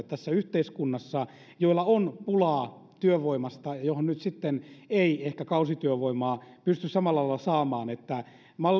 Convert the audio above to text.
tässä yhteiskunnassa niille toimialoille joilla on pulaa työvoimasta ja joille nyt sitten ei ehkä kausityövoimaa pysty samalla lailla saamaan eli